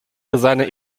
seine